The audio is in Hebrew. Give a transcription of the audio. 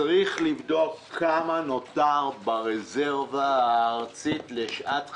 צריך לבדוק כמה נותר ברזרבה הארצית לשעת חירום.